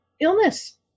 illness